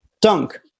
Dunk